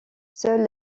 seule